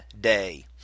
Day